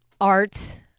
art